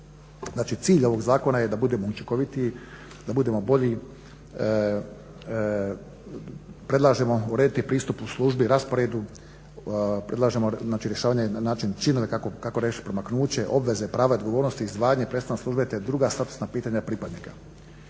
Znači, cilj ovog zakona je da budemo učinkovitiji, da budemo bolji. Predlažemo urediti pristup službi, rasporedu, predlažemo znači rješavanje na način činove kako riješiti promaknuće, obveze, prava, odgovornosti, … te druga statusna pitanja pripadnika.